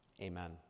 Amen